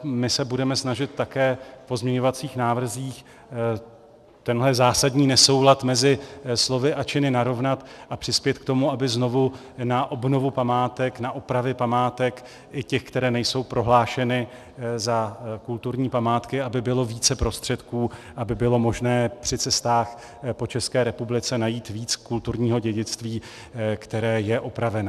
My se budeme snažit také v pozměňovacích návrzích tenhle zásadní nesoulad mezi slovy a činy narovnat a přispět k tomu, aby znovu na obnovu památek, na opravy památek, i těch, které nejsou prohlášeny za kulturní památky, bylo více prostředků, aby bylo možné při cestách po České republice najít víc kulturního dědictví, které je opravené.